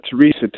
Teresa